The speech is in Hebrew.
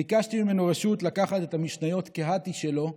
ביקשתי ממנו רשות לקחת ממנו את המשניות קהתי שלו,